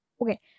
Okay